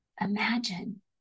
Imagine